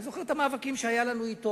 אני זוכר את המאבקים שהיו לנו אתו,